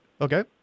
Okay